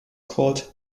called